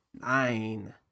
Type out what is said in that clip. nine